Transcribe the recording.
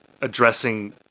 addressing